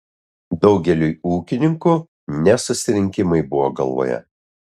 daugeliui ūkininkų ne susirinkimai buvo galvoje